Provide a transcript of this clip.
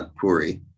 Puri